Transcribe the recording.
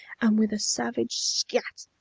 and with a savage scat!